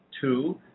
two